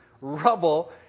rubble